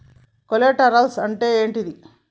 Collaterals అంటే ఏంటిది?